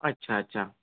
अच्छ अच्छा